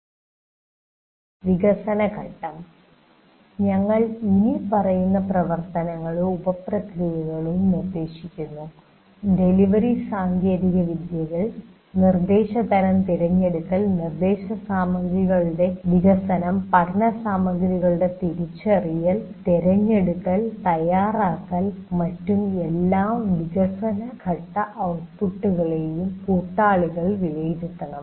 വികസന ഘട്ടം ഞങ്ങൾ ഇനി പറയുന്ന പ്രവർത്തനങ്ങളോ ഉപപ്രക്രിയകളോ നിർദ്ദേശിക്കുന്നു ഡെലിവറി സാങ്കേതികവിദ്യകളുടെ തിരഞ്ഞെടുക്കൽ ഞങ്ങൾ ഇപ്പോൾ നോക്കുന്നത് നിർദ്ദേശതരം തിരഞ്ഞെടുക്കൽ നിർദ്ദേശസാമഗ്രികളുടെ വികസനം പഠനസാമഗ്രികളുടെ തിരിച്ചറിയൽ തിരഞ്ഞെടുക്കൽ തയ്യാറാക്കൽ മറ്റും എല്ലാ വികസനഘട്ട ഔട്ട്പുട്ട്കളുയും കൂട്ടാളികളുടെ വിലയിരുത്തൽ